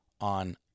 on